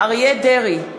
אריה דרעי,